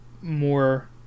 more